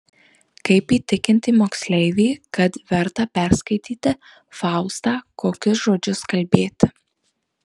kaip įtikinti moksleivį kad verta perskaityti faustą kokius žodžius kalbėti